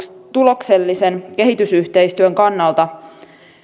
tuloksellisen kehitysyhteistyön kannalta